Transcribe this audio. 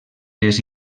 les